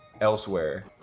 elsewhere